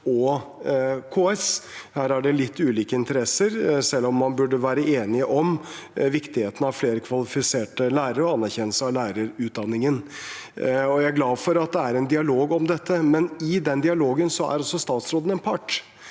og KS. Her er det litt ulike interesser, selv om man burde være enig om viktigheten av flere kvalifiserte lærere og anerkjennelsen av lærerutdanningen. Jeg er glad for at det er en dialog om dette, men i den dialogen er også statsråden en part.